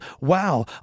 Wow